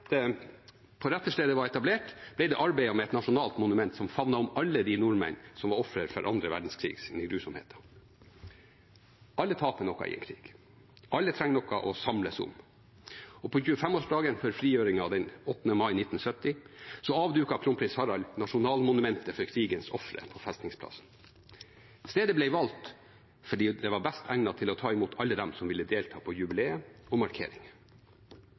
på retterstedet var etablert, ble det arbeidet med et nasjonalt monument som favnet om alle nordmenn som var offer for annen verdenskrigs grusomheter. Alle taper noe i en krig. Alle trenger noe å samles om. Og på 25-årsdagen for frigjøringen, den 8. mai 1970, avduket kronprins Harald nasjonalmonumentet for krigens ofre på festningsplassen. Stedet ble valgt fordi det var best egnet til å ta imot alle dem som ville delta på jubileet og